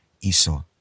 Esau